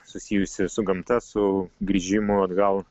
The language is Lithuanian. susijusi su gamta su grįžimu atgal